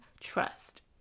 trust